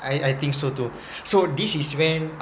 I I think so too so this is when